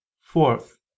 Fourth